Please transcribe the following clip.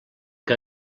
que